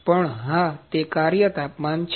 પણ હા તે કાર્ય તાપમાન છે